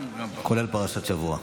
כולל פרשת שבוע.